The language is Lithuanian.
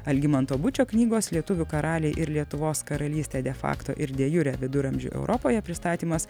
algimanto bučio knygos lietuvių karaliai ir lietuvos karalystė de fakto ir de jure viduramžių europoje pristatymas